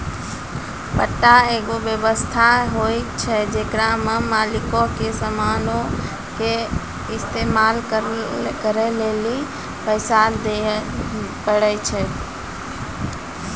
पट्टा एगो व्य्वस्था होय छै जेकरा मे मालिको के समानो के इस्तेमाल करै लेली पैसा दिये पड़ै छै